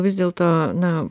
vis dėlto na